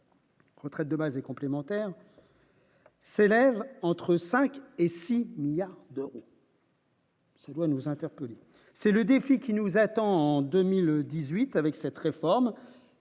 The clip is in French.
Retraites de base et complémentaires célèbre entre 5 et si il y a. ça doit nous interpeller, c'est le défi qui nous attend en 2018 avec cette réforme,